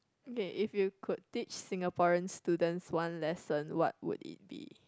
okay if you could teach Singaporean students one lesson what would it be